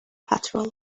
patrol